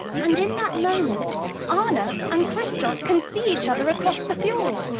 and in that moment anna and christophe can see each other across the fjord.